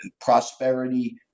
prosperity